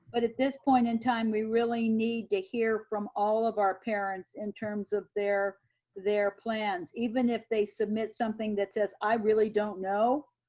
but at this point in time, we really need to hear from all of our parents in terms of their their plans. even if they submit something that says, i really don't know,